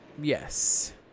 Yes